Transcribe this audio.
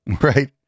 right